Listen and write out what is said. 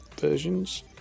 versions